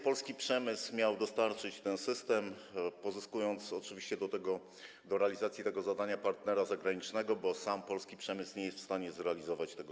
Polski przemysł miał dostarczyć ten system, pozyskując oczywiście do realizacji tego zadania partnera zagranicznego, bo sam polski przemysł nie jest w stanie zrealizować tego